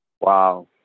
wow